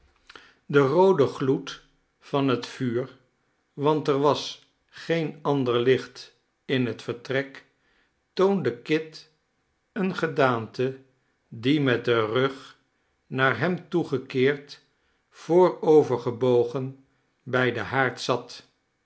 de roode gloed van het vuur want er was geen ander licht in het vertrek toonde kit eene gedaante die met den rug naar hem toegekeerd voorovergebogen bij den haard zat